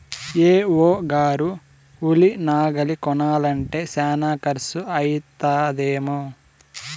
AO గారు ఉలి నాగలి కొనాలంటే శానా కర్సు అయితదేమో